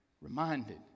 reminded